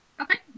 okay